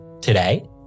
today